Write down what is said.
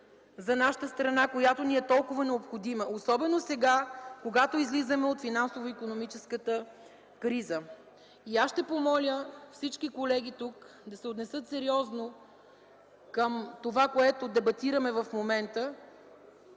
за нашата страна, която ни е толкова необходима, особено сега, когато излизаме от финансово-икономическата криза. И аз ще помоля всички колеги тук да се отнесат сериозно към това, което дебатираме в момента,